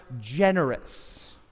generous